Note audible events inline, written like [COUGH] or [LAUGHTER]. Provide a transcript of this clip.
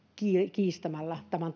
kiistämällä tämän [UNINTELLIGIBLE]